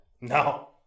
No